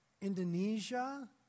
Indonesia